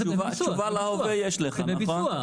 אבל התשובה על ההווה יש לך, נכון?